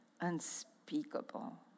unspeakable